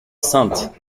saintes